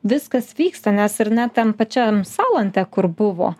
viskas vyksta nes ir ne tam pačiam salante kur buvo